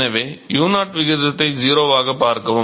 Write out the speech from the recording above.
எனவே u0 விகிதத்தை 0 ஆகப் பார்க்கவும்